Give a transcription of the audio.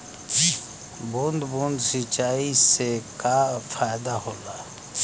बूंद बूंद सिंचाई से का फायदा होला?